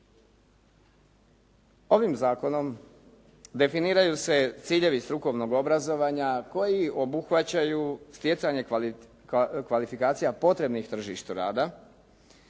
Ovim zakonom definiraju se ciljevi strukovnog obrazovanja koji obuhvaćaju stjecanje kvalifikacija potrebnih tržištu rada,